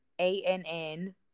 A-N-N